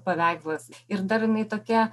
paveikslas ir dar jinai tokia